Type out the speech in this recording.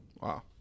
Wow